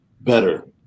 better